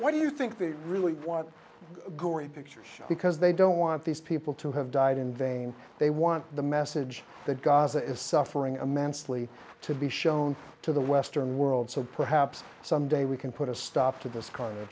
why do you think they really want gory pictures because they don't want these people to have died in vain they want the message that gaza is suffering a man slowly to be shown to the western world so perhaps someday we can put a stop to this car